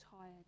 tired